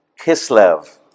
Kislev